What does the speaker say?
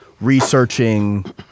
researching